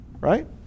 right